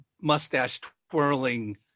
mustache-twirling